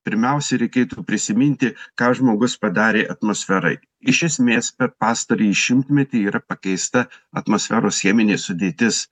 pirmiausiai reikėtų prisiminti ką žmogus padarė atmosferai iš esmės per pastarąjį šimtmetį yra pakeista atmosferos cheminė sudėtis